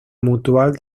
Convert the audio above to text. mutual